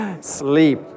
Sleep